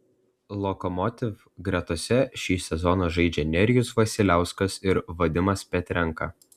lokomotiv gretose šį sezoną žaidžia nerijus vasiliauskas ir vadimas petrenka